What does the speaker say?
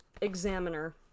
Examiner